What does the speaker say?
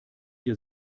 dir